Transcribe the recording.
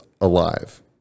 alive